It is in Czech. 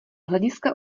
hlediska